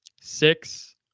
Six